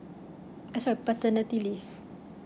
uh sorry paternity leave